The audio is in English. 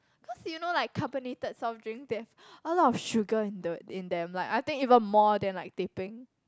cause you know like carbonated soft drinks there's a lot of sugar in the in them like I think even more than like teh-peng